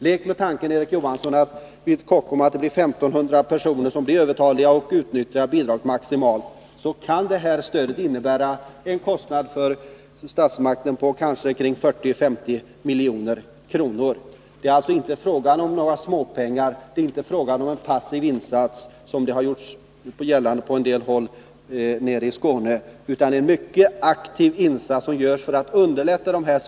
Lek med tanken, Erik Johansson, att det är 1500 personer som blir övertaliga vid Kockums och utnyttjar bidraget maximalt. Då kan stödet innebära en kostnad för statsmakten på kanske 40-50 milj.kr. Nr 155 Det är alltså inte fråga om några småpengar. Det är inte fråga om en passiv insats, vilket har gjorts gällande på en del håll nere i Skåne, utan om en mycket aktiv insats som görs för att bemästra svårigheterna.